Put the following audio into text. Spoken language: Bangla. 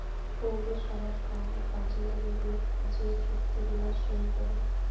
পৌরসভার কাম কাজের লিগে যে চুক্তি গুলা সই করে